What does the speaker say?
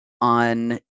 on